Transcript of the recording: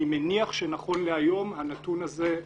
אני מניח שנכון להיום הנתון הזה התרחב.